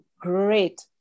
great